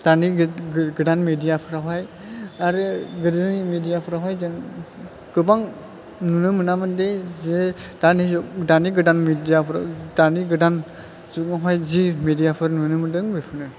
दानि गो गो गोदान मेदियाफ्रावहाय आरो गोदोनि मेदियाफोरावहाय जों गोबां नुनो मोनामोन दे जे दानि जुग दानि गोदान मेदियाफोराव दानि गोदान जुगावहाय जि मेदियाफोर नुनो मोनदों बेफोरनो